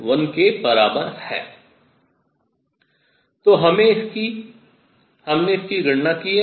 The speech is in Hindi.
तो हमने इसकी गणना की है